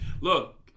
look